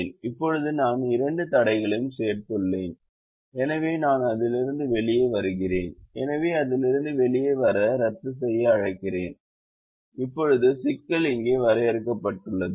இப்போது நான் இரண்டு தடைகளையும் சேர்த்துள்ளேன் எனவே நான் அதிலிருந்து வெளியே வருகிறேன் எனவே அதிலிருந்து வெளியே வர ரத்துசெய் அழுத்துகிறேன் இப்போது சிக்கல் இங்கே வரையறுக்கப்பட்டுள்ளது